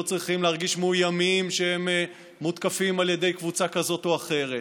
צריכים להרגיש מאוימים שהם מותקפים על ידי קבוצה כזאת או אחרת.